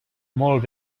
molt